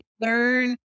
learn